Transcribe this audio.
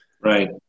Right